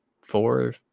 four